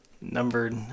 numbered